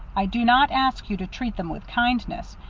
i do not ask you to treat them with kindness,